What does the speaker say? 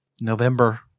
november